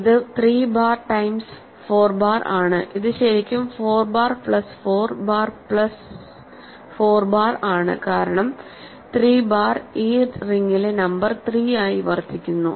ഇത് 3 bar times 4 bar ആണ് ഇത് ശരിക്കും 4 bar plus 4 bar plus 4 bar ആണ് കാരണം 3 ബാർ ഈ റിംഗിലെ നമ്പർ 3 ആയി വർത്തിക്കുന്നു